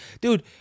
Dude